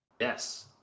Yes